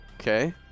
Okay